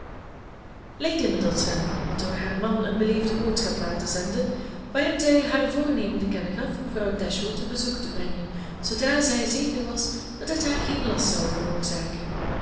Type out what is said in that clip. lady middleton had door haar man een beleefde boodschap laten zenden waarin zij haar voornemen te kennen gaf mevrouw dashwood een bezoek te brengen zoodra zij zeker was dat dit haar geen last zou veroorzaken